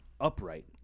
upright